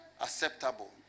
acceptable